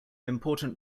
important